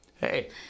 Hey